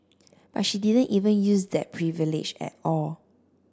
but she didn't even use that privilege at all